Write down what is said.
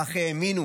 כך האמינו